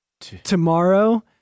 tomorrow